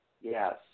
Yes